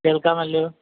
കേൾക്കാമല്ലോ